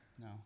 No